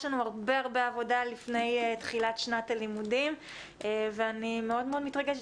יש לנו הרבה הרבה עבודה לפני תחילת שנת הלימודים ואני מאוד מאוד מתרגשת,